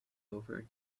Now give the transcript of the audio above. over